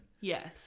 Yes